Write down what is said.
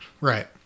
Right